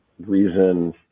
reason